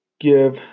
give